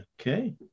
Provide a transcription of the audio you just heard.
Okay